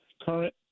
Current